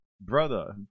Brother